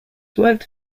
worked